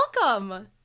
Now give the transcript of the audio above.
welcome